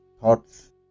thoughts